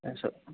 अच्छा